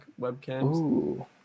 webcams